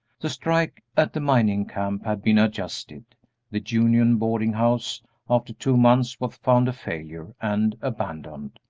the strike at the mining camp had been adjusted the union boarding-house after two months was found a failure and abandoned,